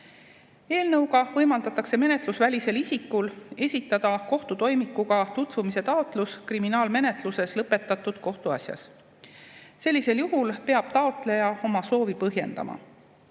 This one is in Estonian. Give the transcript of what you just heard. Eelnõuga võimaldatakse menetlusvälisel isikul esitada kohtutoimikuga tutvumise taotlus kriminaalmenetluses lõpetatud kohtuasjas. Sellisel juhul peab taotleja oma soovi põhjendama.